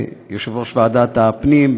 יושב-ראש ועדת הפנים,